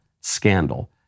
scandal